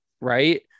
Right